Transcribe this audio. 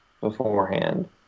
beforehand